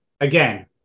again